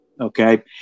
okay